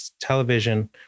television